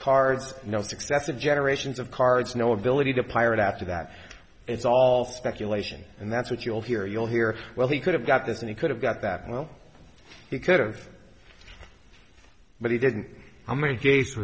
cards note excessive generations of cards no ability to pirate after that it's all speculation and that's what you'll hear you'll hear well he could have got this and he could have got that well he could've but he didn't